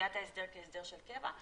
ההסדר קבע,